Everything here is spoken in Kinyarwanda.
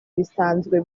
bisanzwe